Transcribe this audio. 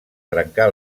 trencar